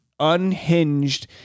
unhinged